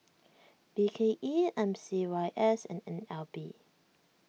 B K E M C Y S and N L B